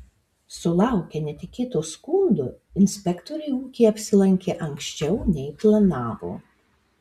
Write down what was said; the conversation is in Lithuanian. sulaukę netikėto skundo inspektoriai ūkyje apsilankė anksčiau nei planavo